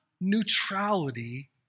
neutrality